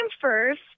first